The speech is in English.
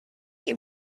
you